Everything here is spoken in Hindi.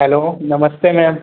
हैलो नमस्ते मैम